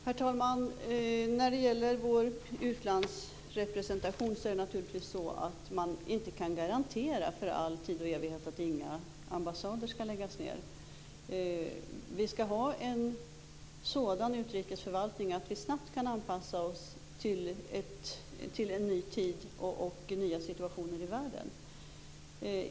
Herr talman! När det gäller vår utlandsrepresentation kan man naturligtvis inte för all tid och evighet garantera att inga ambassader skall läggas ned. Vi skall ha en sådan utrikesförvaltning att vi snabbt kan anpassa oss till en ny tid och nya situationer i världen.